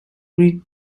read